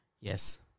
Yes